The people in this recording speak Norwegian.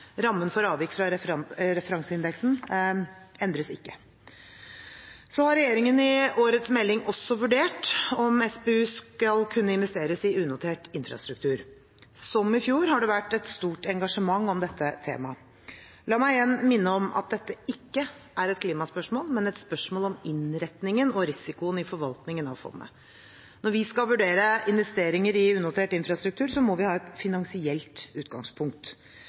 Rammen for avvik fra referanseindeksen endres ikke. Så har regjeringen i årets melding også vurdert om SPU skal kunne investeres i unotert infrastruktur. Som i fjor har det vært stort engasjement om dette temaet. La meg igjen minne om at dette ikke er et klimaspørsmål, men et spørsmål om innretningen av og risikoen i forvaltningen av fondet. Når vi skal vurdere investeringer i unotert infrastruktur, må vi ha et finansielt utgangspunkt.